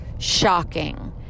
shocking